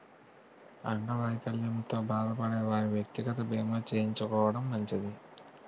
అంగవైకల్యంతో బాధపడే వారు వ్యక్తిగత బీమా చేయించుకోవడం మంచిది